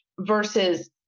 versus